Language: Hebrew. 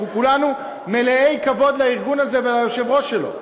ואנחנו כולנו מלאי כבוד לארגון הזה וליושב-ראש שלו,